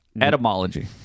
etymology